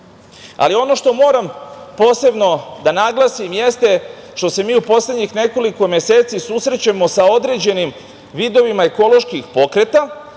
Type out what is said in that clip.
Ali, ono što moram posebno da naglasim jeste što se mi u poslednjih nekoliko meseci susrećemo sa određenim vidovima ekoloških pokreta